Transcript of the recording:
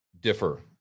differ